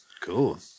cool